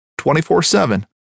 24-7